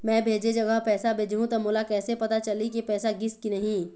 मैं भेजे जगह पैसा भेजहूं त मोला कैसे पता चलही की पैसा गिस कि नहीं?